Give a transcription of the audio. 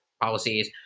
policies